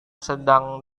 sedang